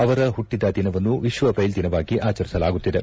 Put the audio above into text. ಅವರ ಪುಟ್ಟಿದ ದಿನವನ್ನು ವಿಶ್ವ ಬ್ರೈಲ್ ದಿನವಾಗಿ ಆಚರಿಸಲಾಗುತ್ತಿದೆ